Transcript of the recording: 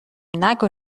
نگو